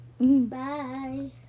bye